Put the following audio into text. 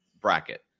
bracket